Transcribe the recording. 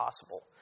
possible